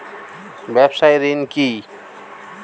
ব্যবসায় ঋণ কি?